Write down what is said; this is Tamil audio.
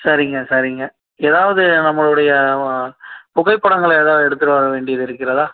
சரிங்க சரிங்க ஏதாவது நம்மளுடைய புகைப்படங்கள் ஏதாவது எடுத்துட்டு வர வேண்டியது இருக்கிறதா